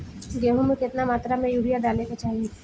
गेहूँ में केतना मात्रा में यूरिया डाले के चाही?